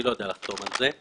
אני לא יודע לחתום על זה.